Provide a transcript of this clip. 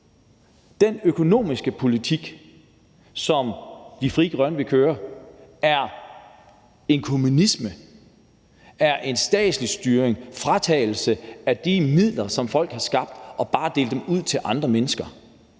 Den økonomiske politik, som Frie Grønne vil køre, er en kommunisme, en statslig styring og en fratagelse af de midler, som folk har skabt, for bare at dele dem ud til andre mennesker.